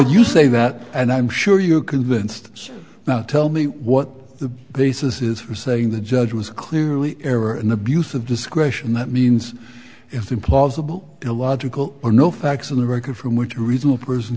you say that and i'm sure you're convinced so now tell me what the basis is for saying the judge was clearly error and abuse of discretion that means if implausible illogical or no facts in the record from which reasonable person